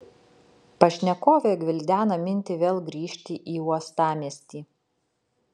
pašnekovė gvildena mintį vėl grįžti į uostamiestį